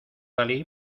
dalí